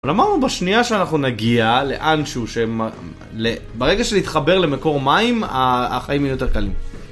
אבל אמרנו בשנייה שאנחנו נגיע לאנשהו שמ.. ל... ברגע שנתחבר למקור מים, החיים יהיו יותר קלים.